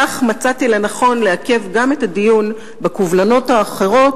כך מצאתי לנכון לעכב גם את הדיון בקובלנות האחרות,